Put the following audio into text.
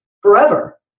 forever